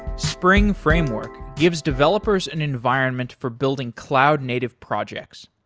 spring framework gives developers an environment for building cloud native projects.